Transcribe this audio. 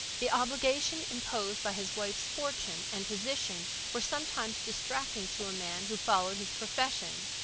the obligations imposed by his wife's fortune and position were sometimes distracting to a man who followed his profession,